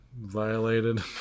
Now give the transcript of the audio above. violated